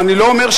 אני לא אומר שלא,